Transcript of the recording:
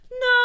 no